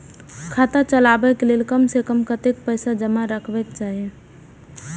खाता चलावै कै लैल कम से कम कतेक पैसा जमा रखवा चाहि